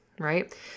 Right